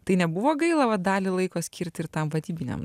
tai nebuvo gaila va dalį laiko skirt ir tam vadybiniam